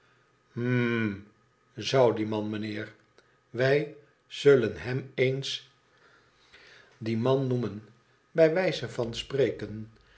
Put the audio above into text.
zou die man meneer wij zullen hem eens die man noemen bij wijze van spreken